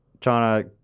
China